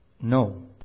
No